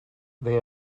they